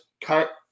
cut